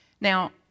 Now